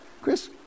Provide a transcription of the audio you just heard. Chris